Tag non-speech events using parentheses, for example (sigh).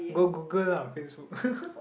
go Google lah Facebook (laughs)